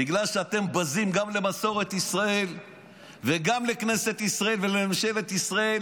בגלל שאתם בזים גם למסורת ישראל וגם לכנסת ישראל ולממשלת ישראל.